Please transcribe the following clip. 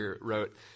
wrote